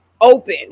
open